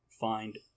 find